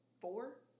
four